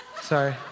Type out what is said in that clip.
Sorry